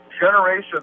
generations